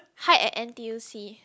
hide at n_t_u_c